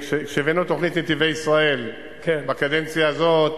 כשהבאנו את תוכנית "נתיבי ישראל" בקדנציה הזאת,